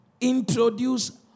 introduce